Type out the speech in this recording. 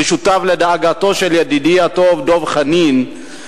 ושותף לדאגתו של ידידי הטוב דב חנין,